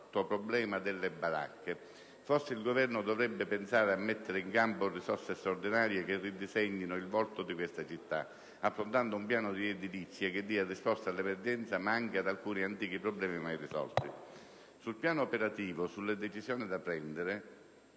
il Governo dovrebbe pensare a mettere in campo risorse straordinarie che ridisegnino il volto di questa città, approntando un piano di edilizia che dia risposte all'emergenza, ma anche ad alcuni antichi problemi mai risolti. Sul piano operativo, sulle decisioni da prendere,